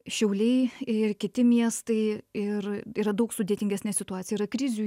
šiauliai ir kiti miestai ir yra daug sudėtingesnė situacija yra krizių